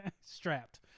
Strapped